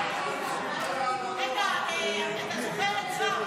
אתה זוכר את רם,